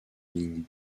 ligne